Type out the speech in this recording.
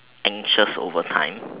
anxious over time